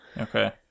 Okay